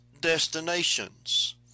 destinations